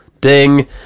ding